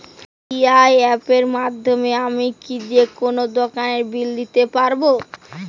UPI অ্যাপের মাধ্যমে আমি কি যেকোনো দোকানের বিল দিতে পারবো?